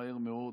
מהר מאוד,